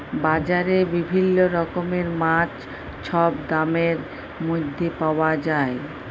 বাজারে বিভিল্ল্য রকমের মাছ ছব দামের ম্যধে পাউয়া যায়